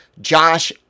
Josh